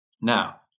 now